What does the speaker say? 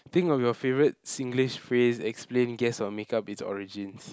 think of your favorite Singlish phrase explain guess or make up it's origins